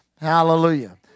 Hallelujah